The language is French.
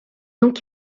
donc